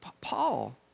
Paul